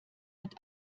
mit